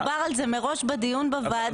אבל דובר על זה מראש בדיון בוועדה,